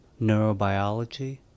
neurobiology